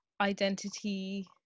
identity